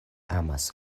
amas